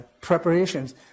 preparations